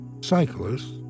Cyclists